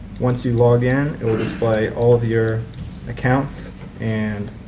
once you login it will display all of your accounts and